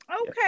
Okay